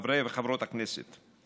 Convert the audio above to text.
חברי וחברות הכנסת,